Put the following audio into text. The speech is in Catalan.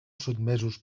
sotmesos